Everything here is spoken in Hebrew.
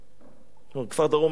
כפר-דרום היו לו הרבה גלגולים,